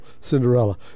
Cinderella